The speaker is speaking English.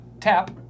Tap